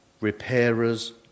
repairers